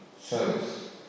service